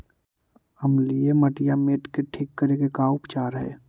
अमलिय मटियामेट के ठिक करे के का उपचार है?